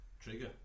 Trigger